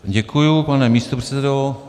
Děkuji, pane místopředsedo.